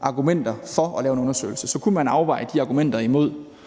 argumenter for at lave en undersøgelse, kunne man afveje de argumenter imod